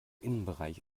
innenbereich